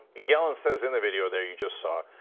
gelin says in the video there you just saw,